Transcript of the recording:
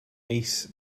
ace